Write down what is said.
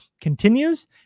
continues